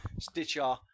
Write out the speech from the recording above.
Stitcher